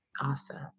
Awesome